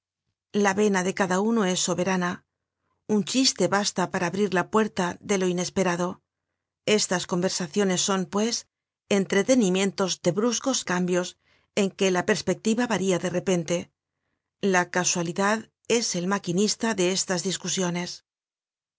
la vena de cada uno es soberana un chiste basta para abrir la puerta de lo inesperado estas conversaciones son pues entretenimientos de bruscos cambios en que la perspectiva varía de repente la casualidad es el maquinista de estas discusiones